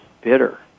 bitter